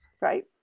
right